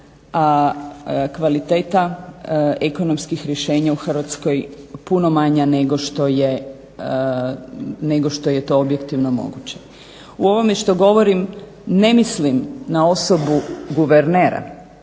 a kvaliteta ekonomskih rješenja u Hrvatskoj puno manja nego što je to objektivno moguće. U ovome što govorim ne mislim na osobu guvernera